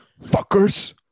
Fuckers